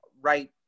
right